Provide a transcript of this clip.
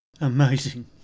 Amazing